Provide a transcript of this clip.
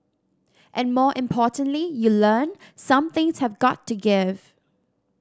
and more importantly you learn some things have got to give